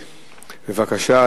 בבקשה.